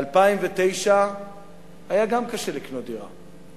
ב-2009 גם היה קשה לקנות דירה,